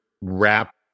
wrap